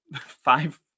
five